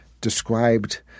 described